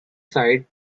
side